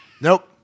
nope